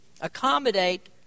accommodate